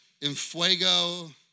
Enfuego